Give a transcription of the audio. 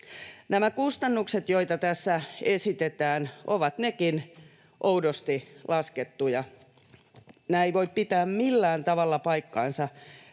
Nämä kustannukset, joita tässä esitetään, ovat nekin oudosti laskettuja. Nämä eivät voi pitää millään tavalla paikkaansa.